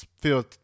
feel